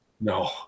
no